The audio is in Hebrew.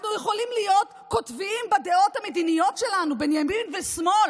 אנחנו יכולים להיות קוטביים בדעות המדיניות שלנו בין ימין לשמאל,